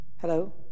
Hello